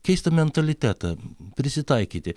keistą mentalitetą prisitaikyti